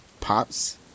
pops